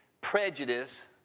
prejudice